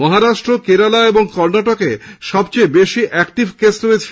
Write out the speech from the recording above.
মহারাষ্ট্র কেরালা এবং কর্ণাটকে সবচেয়ে বেশী অ্যাক্টিভ রোগী রয়েছেন